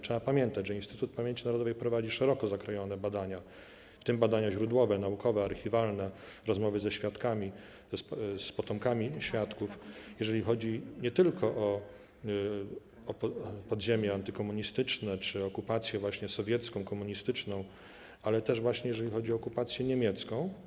Trzeba pamiętać, że Instytut Pamięci Narodowej prowadzi szeroko zakrojone badania, w tym badania źródłowe, naukowe, archiwalne, rozmowy ze świadkami, z potomkami świadków, nie tylko jeżeli chodzi o podziemie antykomunistyczne czy okupację sowiecką, komunistyczną, ale też właśnie jeżeli chodzi o okupację niemiecką.